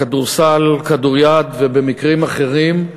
הכדורסל, הכדוריד ובמקרים אחרים.